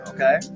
Okay